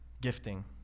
gifting